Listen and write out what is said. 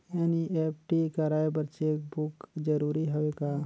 NEFT कराय बर cheque book जरूरी हवय का?